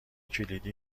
کلیدی